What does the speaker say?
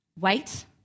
wait